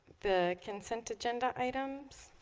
the consent agenda items